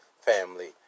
family